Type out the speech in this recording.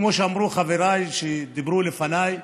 כמו שאמרו חבריי שדיברו לפניי,